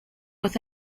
with